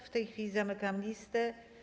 W tej chwili zamykam listę.